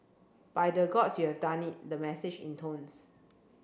by the Gods you have done it the message intones